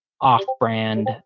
off-brand